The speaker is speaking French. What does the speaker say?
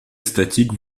statique